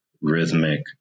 rhythmic